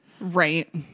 Right